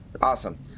Awesome